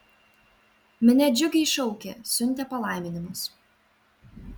minia džiugiai šaukė siuntė palaiminimus